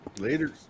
Later